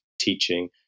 teaching